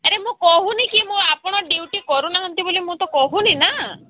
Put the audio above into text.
ଆରେ ମୁଁ କହୁନି କି ମୁଁ ଆପଣ ଡ୍ୟୁଟି କରୁନାହାନ୍ତି ବୋଲି ମୁଁ ତ କହୁନି ନା